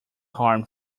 harm